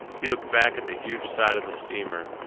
he looked back at the huge side of the steamer,